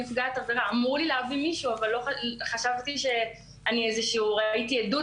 אמרו לי להביא מישהו, אבל חשבתי שאולי הייתי עדה